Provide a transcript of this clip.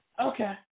okay